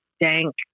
dank